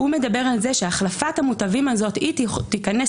מדבר על זה שהחלפת המוטבים הזאת תיכנס